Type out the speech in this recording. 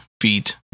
feet